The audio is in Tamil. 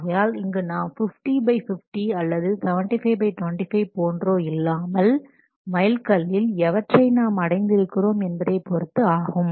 ஆகையால் இங்கு நாம் 50 பை 50 அல்லது 75 பை 25 போன்றோ இல்லாமல் மைல் கல்லில் எவற்றை நாம் அடைந்து இருக்கிறோம் என்பதை பொருத்து ஆகும்